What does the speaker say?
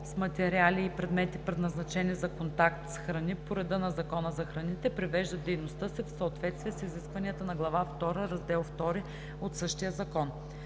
с материали и предмети, предназначени за контакт с храни, по реда на Закона за храните, привеждат дейността си в съответствие с изискванията на глава втора, раздел II от същия закон.“